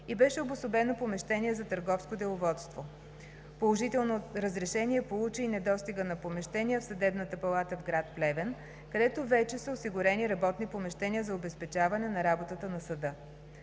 и беше обособено помещение за търговско деловодство. Положително разрешение получи и недостигът на помещения в Съдебната палата в град Плевен, където вече са осигурени работни помещения за обезпечаване на работата на съда.